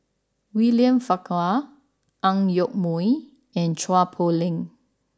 William Farquhar Ang Yoke Mooi and Chua Poh Leng